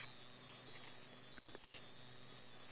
um red velvet cake